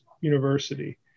University